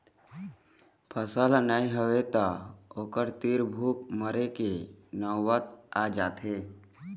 फसल ह नइ होवय त ओखर तीर भूख मरे के नउबत आ जाथे